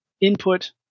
input